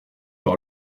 par